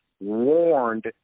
warned